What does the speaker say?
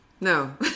No